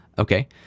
Okay